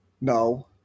No